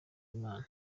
uwimana